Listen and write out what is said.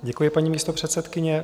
Děkuji, paní místopředsedkyně.